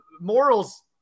morals